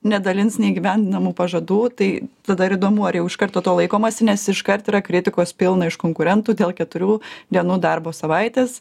nedalins neįgyvendinamų pažadų tai tada ir įdomu ar jau iš karto to laikomasi nes iškart yra kritikos pilna iš konkurentų dėl keturių dienų darbo savaitės